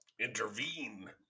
intervene